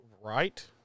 Right